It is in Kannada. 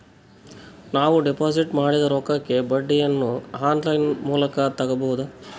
ನಾವು ಡಿಪಾಜಿಟ್ ಮಾಡಿದ ರೊಕ್ಕಕ್ಕೆ ಬಡ್ಡಿಯನ್ನ ಆನ್ ಲೈನ್ ಮೂಲಕ ತಗಬಹುದಾ?